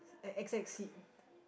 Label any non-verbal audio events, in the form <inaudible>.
an X X seat <breath>